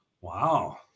Wow